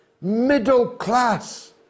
middle-class